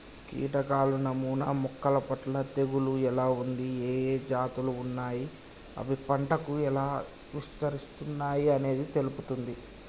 కీటకాల నమూనా మొక్కలపట్ల తెగులు ఎలా ఉంది, ఏఏ జాతులు ఉన్నాయి, అవి పంటకు ఎలా విస్తరిస్తున్నయి అనేది తెలుపుతుంది